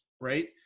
right